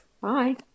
Bye